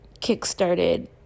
kickstarted